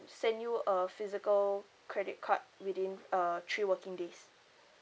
send you a physical credit card within uh three working days